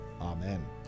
Amen